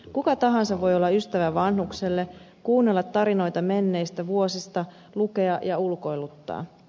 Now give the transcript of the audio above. kuka tahansa voi olla ystävä vanhukselle kuunnella tarinoita menneistä vuosista lukea ja ulkoiluttaa